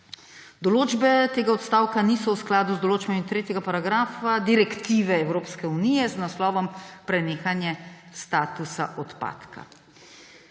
»Določbe tega odstavka niso v skladu z določbami tretjega paragrafa direktive Evropske unije z naslovom Prenehanje statusa odpadka.«